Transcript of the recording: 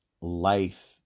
life